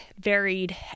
varied